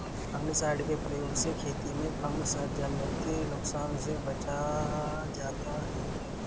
fungicide के प्रयोग से खेती में फँगसजनित नुकसान से बचा जाता है